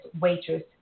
waitress